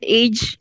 age